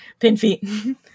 Pinfeet